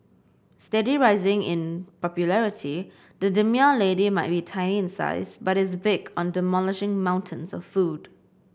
steadily rising in popularity the demure lady might be tiny in size but is big on demolishing mountains of food